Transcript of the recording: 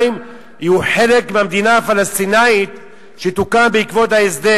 יהיו חלק מהמדינה הפלסטינית שתוקם בעקבות ההסדר,